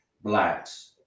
Blacks